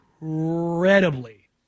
incredibly